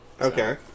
Okay